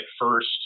first